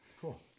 Cool